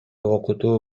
окутуу